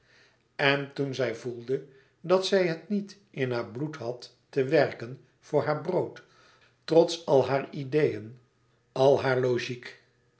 en toen zij voelde dat zij het niet in haar bloed had te werken voor haar brood trots al hare ideeën al hare logiek